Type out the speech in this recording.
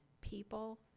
people